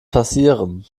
passieren